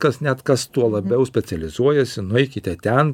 kas net kas tuo labiau specializuojasi nueikite ten